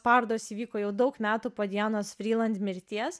parodos įvyko jau daug metų po dianos vriland mirties